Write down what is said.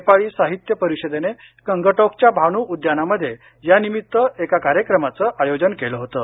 नेपाळी साहित्य परिषदेने गंगटोकच्या भानू उद्यानामध्ये या निमित्त एका कार्यक्रमाचं आयोजन केलं होतं